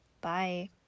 Bye